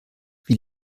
wie